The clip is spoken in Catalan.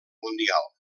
mundial